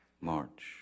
March